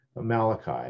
Malachi